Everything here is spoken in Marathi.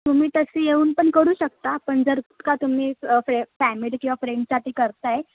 तुम्ही तसे येऊन पण करू शकता पण जर का तुम्ही फ्रें फॅमिली किंवा फ्रेंडसाठी करत आहे